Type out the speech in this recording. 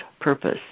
purpose